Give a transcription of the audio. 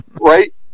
right